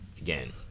again